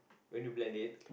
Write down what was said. when you blend it